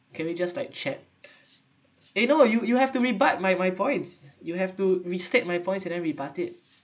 can we just like chat eh no you you have to be but my my points you have to restate my points and then rebut it